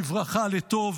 לברכה, לטוב,